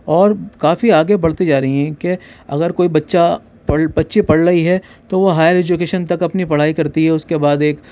اور کافی آگے بڑھتی جا رہی ہیں کہ اگر کوئی بچہ بچی پڑھ رہی ہے تو وہ ہائر ایجوکیشن تک اپنی پڑھائی کرتی ہے اس کے بعد ایک